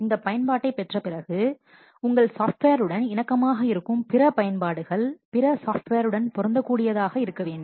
இந்த பயன்பாட்டைப் பெற்ற பிறகு உங்கள் சாஃப்ட்வேருடன் இணக்கமாக இருக்கும் பிற பயன்பாடுகள் பிற சாஃப்ட்வேருடன் பொருந்தக்கூடியதாக இருக்க வேண்டும்